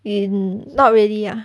mm not really lah